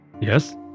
Yes